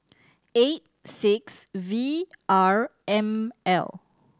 eight six V R M L